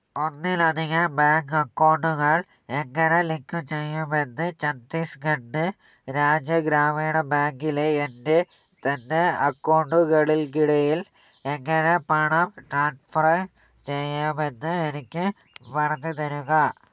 ഒന്നിലധികം ബാങ്ക് അക്കൗണ്ടുകൾ എങ്ങനെ ലിങ്ക് ചെയ്യുമെന്ന് ഛത്തീസ്ഗഡ് രാജ്യ ഗ്രാമീണ ബാങ്കിലെ എൻ്റെ തന്നെ അക്കൗണ്ടുകൾക്കിടയിൽ എങ്ങനെ പണം ട്രാൻസ്ഫർ ചെയ്യാമെന്ന് എനിക്ക് പറഞ്ഞുതരുക